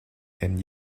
and